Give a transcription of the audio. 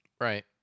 Right